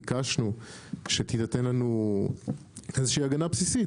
ביקשנו שתינתן לנו איזושהי הגנה בסיסית,